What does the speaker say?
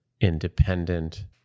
independent